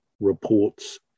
reports